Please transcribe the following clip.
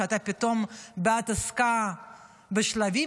פתאום אתה בעד עסקה בשלבים,